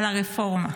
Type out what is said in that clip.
על הרפורמה.